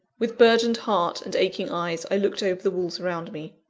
with burdened heart and aching eyes i looked over the walls around me.